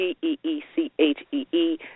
G-E-E-C-H-E-E